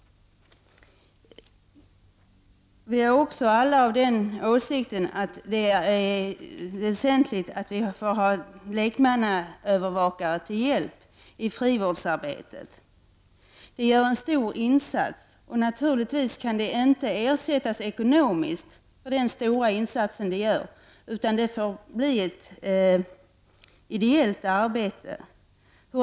Vi är alla av den åsikten att det är väsentligt att vi får ha lekmannaövervakare till hjälp i frivårdsarbetet. Dessa gör en stor insats. Naturligtvis kan de inte ersättas ekonomiskt för den stora insats de gör, utan det får bli ideellt arbete.